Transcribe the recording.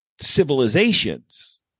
civilizations